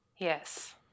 Yes